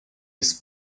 esse